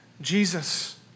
Jesus